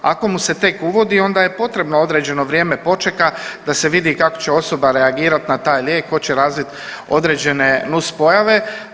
Ako mu se tek uvodi onda je potrebno određeno vrijeme počeka da se vidi kako će osoba reagirati na taj lijek, hoće razviti određene nuspojave.